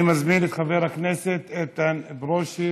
אני מזמין את חבר הכנסת איתן ברושי,